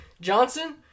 johnson